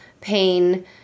pain